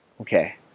Okay